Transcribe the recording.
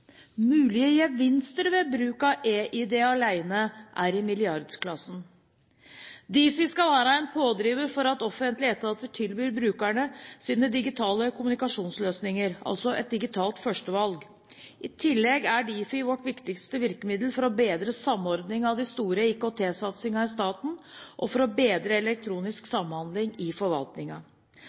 Mulige gevinster ved bruk av eID alene er i milliardklassen. Difi skal være en pådriver for at offentlige etater tilbyr brukerne sine digitale kommunikasjonsløsninger, altså et digitalt førstevalg. I tillegg er Difi vårt viktigste virkemiddel for bedre samordning av de store IKT-satsingene i staten og for bedre elektronisk samhandling i